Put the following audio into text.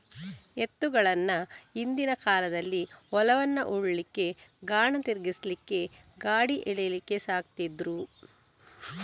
ಎತ್ತುಗಳನ್ನ ಹಿಂದಿನ ಕಾಲದಲ್ಲಿ ಹೊಲವನ್ನ ಉಳ್ಲಿಕ್ಕೆ, ಗಾಣ ತಿರ್ಗಿಸ್ಲಿಕ್ಕೆ, ಗಾಡಿ ಎಳೀಲಿಕ್ಕೆ ಸಾಕ್ತಿದ್ರು